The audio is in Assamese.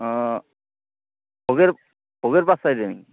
অঁ ভোগেৰ ভোগেৰ পাচ চাইডে নিকি